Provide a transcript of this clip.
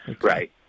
right